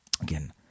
Again